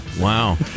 wow